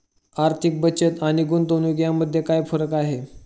आर्थिक बचत आणि गुंतवणूक यामध्ये काय फरक आहे?